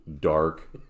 dark